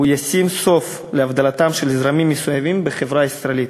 הוא ישים סוף להבדלתם של זרמים ישראליים בחברה הישראלית,